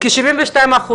כי 72%,